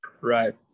Right